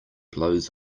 blows